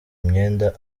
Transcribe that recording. imyenda